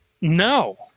No